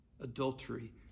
adultery